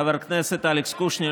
חבר הכנסת אלכס קושניר,